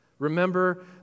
Remember